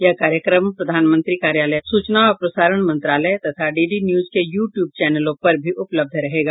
यह कार्यक्रम प्रधानमंत्री कार्यालय सूचना और प्रसारण मंत्रालय तथा डीडी न्यूज के यू ट्यूब चैनलों पर भी उपलब्ध रहेगा